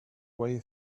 way